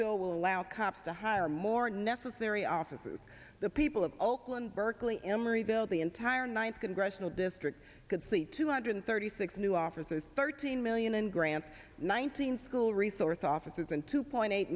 bill will allow cops to hire more necessary offices the people of oakland berkeley emeryville the entire ninth congressional district could see two hundred thirty six new offices thirteen million in grants nineteen school resource officers and two point eight